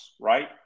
Right